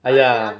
!aiya!